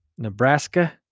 Nebraska